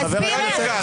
תסביר איך.